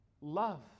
Love